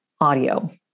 audio